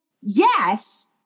yes